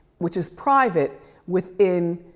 which is private within